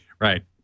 Right